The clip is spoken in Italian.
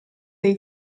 dei